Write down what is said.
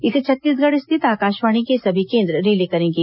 इसे छत्तीसगढ़ स्थित आकाशवाणी के सभी केंद्र रिले करेंगे